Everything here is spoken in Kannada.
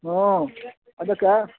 ಹ್ಞೂ ಅದಕ್ಕೆ